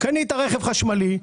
קנית רכב חשמלי,